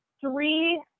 three